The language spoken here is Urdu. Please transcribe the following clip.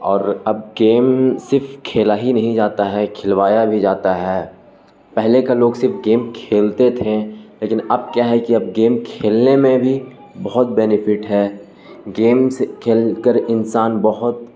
اور اب گیم صرف کھیلا ہی نہیں جاتا ہے کھلوایا بھی جاتا ہے پہلے کا لوگ صرف گیم کھیلتے تھے لیکن اب کیا ہے کہ اب گیم کھیلنے میں بھی بہت بینیفٹ ہے گیم سے کھیل کر انسان بہت